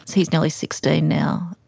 so he's nearly sixteen now.